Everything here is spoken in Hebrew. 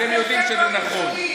אתם יודעים שזה נכון.